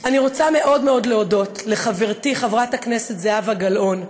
אני רוצה מאוד מאוד להודות לחברתי חברת הכנסת זהבה גלאון,